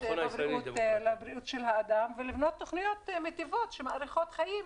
לבריאות האדם ולבנות תוכניות מיטיבות שמאריכות חיים,